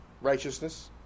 righteousness